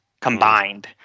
combined